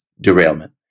derailment